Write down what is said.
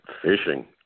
Fishing